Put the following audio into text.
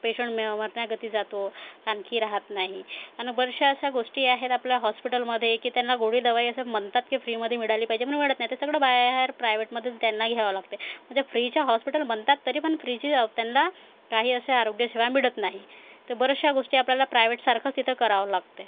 patient मरणागती जातो आणखी रहात नाही आणि बऱ्याचशा अशा गोष्टी आहेत आपल्या हॉस्पिटलमध्ये की त्यांना गोळी दवाई असं म्हणतात की फ्रीमधे मिळाली पाहिजे पण मिळत नाही तर सगळं बाहेर प्रायव्हेटमधून त्यांना घ्यावं लागते म्हणजे फ्रीच्या हॉस्पिटल बनतात तरी पण फ्रीची त्यांना काही अशा आरोग्यसेवा मिळत नाही तर बऱ्याचशा गोष्टी आपल्याला प्रायव्हटसारखं तिथं करावं लागतं आहे